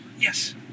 Yes